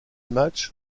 matchs